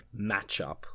matchup